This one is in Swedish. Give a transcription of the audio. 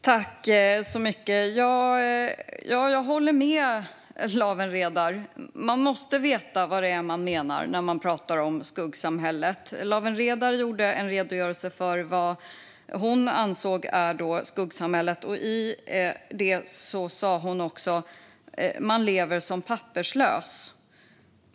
Herr talman! Ja, jag håller med Lawen Redar om att man måste veta vad det är man menar när man pratar om skuggsamhället. Laven Redar redogjorde för vad hon ansåg är skuggsamhället. Där sa hon också att "man lever som papperslös".